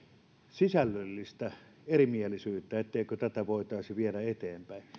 sisällöllistä erimielisyyttä etteikö tätä voitaisi viedä eteenpäin